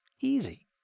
easy